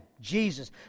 Jesus